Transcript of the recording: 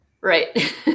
Right